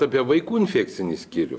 apie vaikų infekcinį skyrių